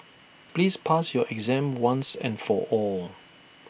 please pass your exam once and for all